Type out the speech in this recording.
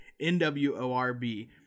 N-W-O-R-B